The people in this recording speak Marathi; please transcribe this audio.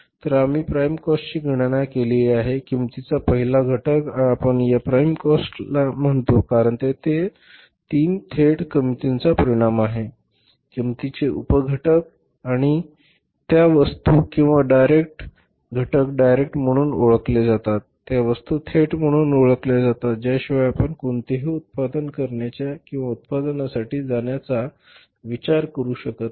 तर आम्ही प्राइम कॉस्टची गणना केली आहे किंमतीचा पहिला घटक आणि आपण याला प्राइम कॉस्ट का म्हणतो कारण ते 3 थेट किंमतीचा परिणाम आहे किंमतीचे उप घटक आणि त्या वस्तु किंवा घटक डायरेक्ट म्हणून ओळखले जातात त्या वस्तू थेट म्हणून ओळखल्या जातात ज्याशिवाय आपण कोणतेही उत्पादन करण्याचा किंवा उत्पादनासाठी जाण्याचा विचार करू शकत नाही